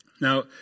Now